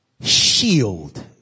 shield